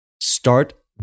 Start